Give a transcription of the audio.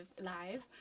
live